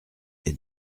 est